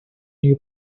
new